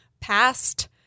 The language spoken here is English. past